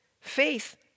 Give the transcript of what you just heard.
Faith